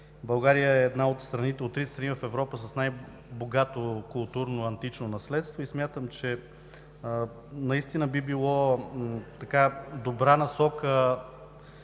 България е една от трите страни в Европа с най-богато културно антично наследство и смятам, че наистина би била добра насока